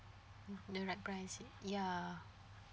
the right price ya